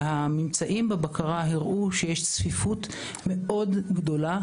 והממצאים בבקרה הראו שיש צפיפות מאוד גדולה,